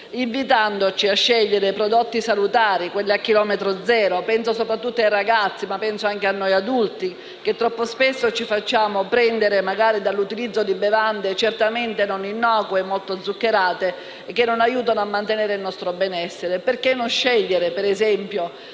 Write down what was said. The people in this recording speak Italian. invitandoci a scegliere prodotti salutari, quelli a chilometri zero. Penso soprattutto ai ragazzi, ma anche a noi adulti, che troppo spesso ci facciamo prendere dall'utilizzo di bevande certamente non innocue, molto zuccherate, che non aiutano a mantenere il nostro benessere. Perché non scegliere, invece,